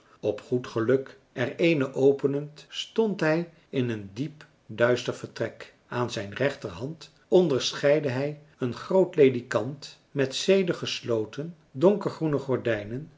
op goed geluk er eene openend stond hij in een diep duister vertrek aan zijn rechterhand onderscheidde hij een groot ledikant met zedig gesloten donkergroene gordijnen